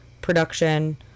production